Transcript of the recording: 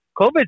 COVID